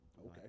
Okay